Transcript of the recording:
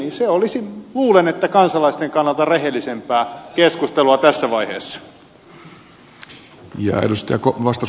se olisi luulen kansalaisten kannalta rehellisempää keskustelua tässä vaiheessa